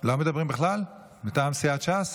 לא מדברים בכלל מטעם סיעת ש"ס?